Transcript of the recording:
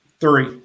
Three